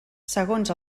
segons